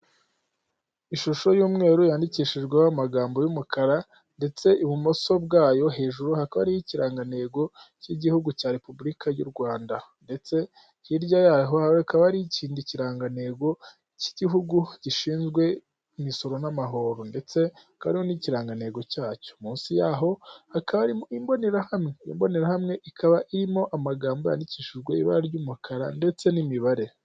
Ishusho y'umweru yandikishijweho amagambo y'umukara, ndetse ibumoso bwayo hejuru hakaba hariyo ikirangantego cy'igihugu cya Repubulika y'u Rwanda. Ndetse hirya yaho hakaba hariyo ikindi kirangantego cy'igihugu gishinzwe imisoro n'amahoro. Ndetse hakaba hariho n'ikirangantego cyacyo. Munsi yaho hakaba harimo imbonerahamwe, iyo mbonerahamwe ikaba irimo amagambo yandikishijwe ibara ry'umukara ndetse n'imibare.